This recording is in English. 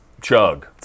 chug